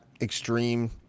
extreme